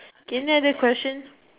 any other questions